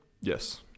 Yes